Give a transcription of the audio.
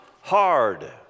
hard